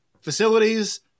Facilities